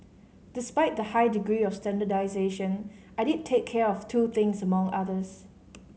despite the high degree of standardisation I did take care of two things among others